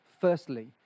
Firstly